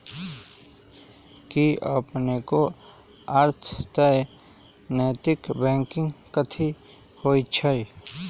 कि अपनेकेँ थाह हय नैतिक बैंकिंग कथि होइ छइ?